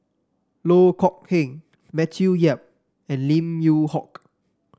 Loh Kok Heng Matthew Yap and Lim Yew Hock